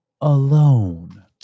alone